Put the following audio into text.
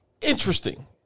interesting